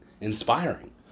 inspiring